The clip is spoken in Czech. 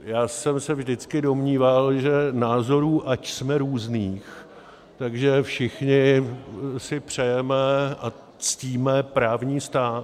Já jsem se vždycky domníval, že názorů ač jsme různých, tak že všichni si přejeme a ctíme právní stát.